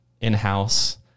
in-house